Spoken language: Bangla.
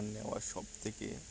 নেওয়ার সবথেকে